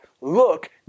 look